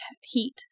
heat